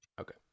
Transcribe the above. okay